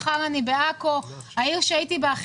מחר אהיה בעכו ונטפל גם בה.